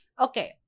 Okay